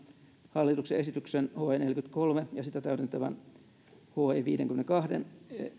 hallituksen esityksen he neljäkymmentäkolme ja sitä täydentävän he viidenkymmenenkahden